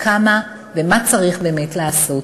כמה ומה צריך באמת לעשות.